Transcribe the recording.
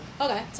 Okay